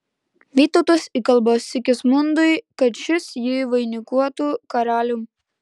vytautas įkalba sigismundui kad šis jį vainikuotų karalium